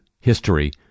history